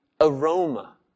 aroma